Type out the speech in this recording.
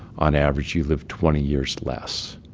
on average you live twenty years less.